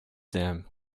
them